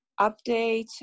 update